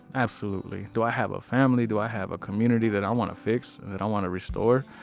absolutely. do i have a family? do i have a community that i want to fix, and that i want to restore?